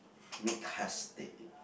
make haste